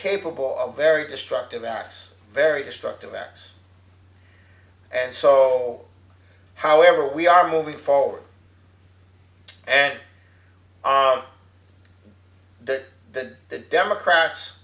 capable of very destructive acts very destructive acts and so however we are moving forward and that that the democrats